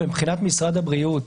מבחינת משרד הבריאות,